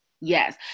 Yes